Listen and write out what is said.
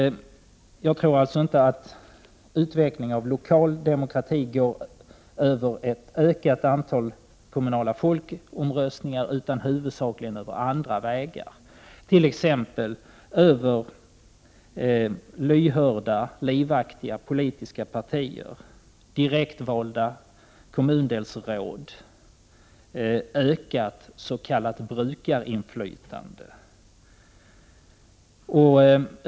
Jag tror inte att utvecklingen av lokal demokrati går via ett ökat antal kommunala folkomröstningar. Den går huvudsakligen över andra vägar, t.ex. genom lyhörda, livaktiga politiska partier, direktvalda kommundelsråd och ökat s.k. brukarinflytande.